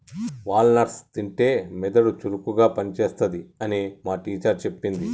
wall nuts తింటే మెదడు చురుకుగా పని చేస్తది అని మా టీచర్ చెప్పింది